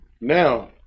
now